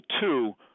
two